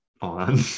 on